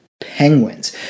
Penguins